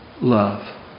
love